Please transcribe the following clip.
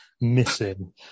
missing